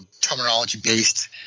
terminology-based